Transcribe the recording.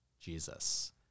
Jesus